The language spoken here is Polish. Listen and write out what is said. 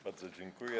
Bardzo dziękuję.